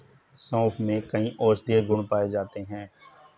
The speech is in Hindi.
सोंफ में कई औषधीय गुण पाए जाते हैं